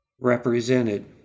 represented